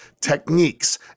techniques